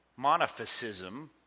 monophysism